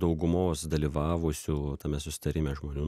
daugumos dalyvavusių tame susitarime žmonių